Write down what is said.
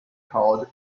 called